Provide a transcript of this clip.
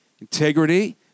integrity